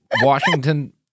Washington